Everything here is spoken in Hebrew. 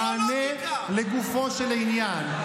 תענה לגופו של עניין.